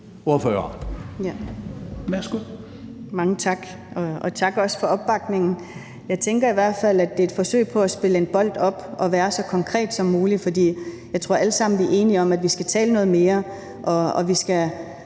Mange tak, og tak også for opbakningen. Jeg tænker i hvert fald, at det er et forsøg på at spille en bold op og være så konkret som muligt. For jeg tror, vi alle sammen er enige om, at vi skal tale noget mere, og vi skal